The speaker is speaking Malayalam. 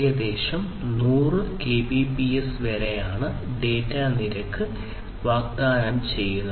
ഏകദേശം 100 കെബിപിഎസ് വരെയാണ് ഡാറ്റ നിരക്ക് വാഗ്ദാനം ചെയ്യുന്നത്